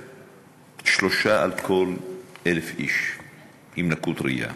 כשלושה מכל 1,000 איש הם לקויי ראייה.